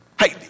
Hey